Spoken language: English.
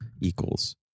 equals